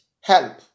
help